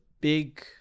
big